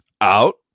Out